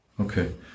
Okay